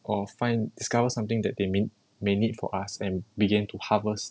or find discover something that they may may need from us and began to harvest